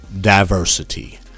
Diversity